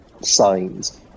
signs